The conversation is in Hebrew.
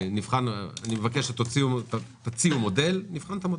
אני מבקש שתציעו מודל ונבחן את המודל.